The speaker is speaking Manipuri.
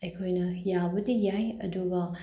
ꯑꯩꯈꯣꯏꯅ ꯌꯥꯕꯨꯗꯤ ꯌꯥꯏ ꯑꯗꯨꯒ